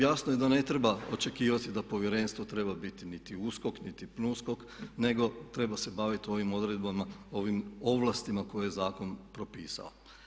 Jasno je da ne treba očekivati da povjerenstvo treba biti niti USKOK niti PNUSKOK nego treba se baviti ovim odredbama, ovim ovlastima koje je zakon propisao.